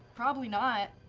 probably not.